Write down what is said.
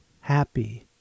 happy